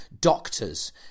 doctors